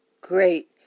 great